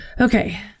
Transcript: okay